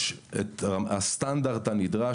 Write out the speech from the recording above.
יש את הסטנדרט הנדרש,